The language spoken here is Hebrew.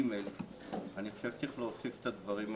ג', אני חושב שצריך להוסיף את הדברים הבאים: